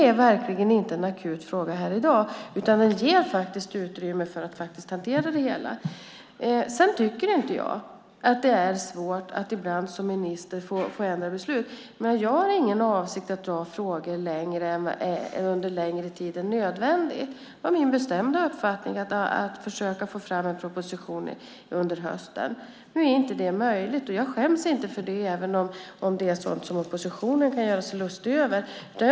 Det är dock ingen akut fråga här i dag, utan det ges faktiskt utrymme för att hantera det hela. Jag tycker inte att det är svårt att ibland som minister få ändra beslut, men jag har ingen avsikt att dra frågor under en längre tid än nödvändigt. Det var min bestämda uppfattning att försöka få fram en proposition under hösten. Nu är det inte möjligt, och jag skäms inte för det, även om oppositionen gör sig lustig över det.